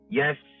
yes